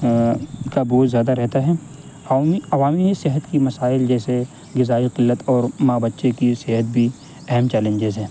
کا بوجھ زیادہ رہتا ہے عوامی صحت کی مسائل جیسے غذائی قلت اور ماں بچے کی صحت بھی اہم چیلنجز ہے